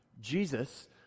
Jesus